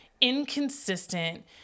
inconsistent